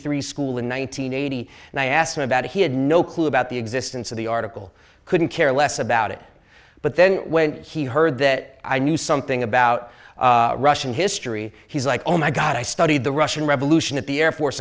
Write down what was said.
different school in one nine hundred eighty and i asked him about it he had no clue about the existence of the article couldn't care less about it but then when he heard that i knew something about russian history he's like oh my god i studied the russian revolution at the air force